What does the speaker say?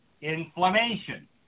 Inflammation